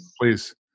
please